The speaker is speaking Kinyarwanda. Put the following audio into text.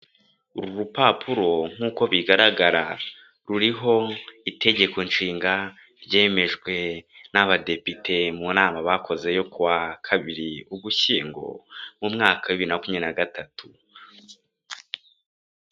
Uru rupapuro nk'uko bigaragara ruriho itegeko nshinga, ryemejwe n'abadepite mu nama bakoze yo kuwa kabiri ugushyingo, mu mwaka wa bibiri na makubiri na gatatu.